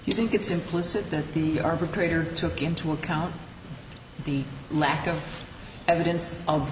you think it's implicit that the arbitrator took into account the lack of evidence o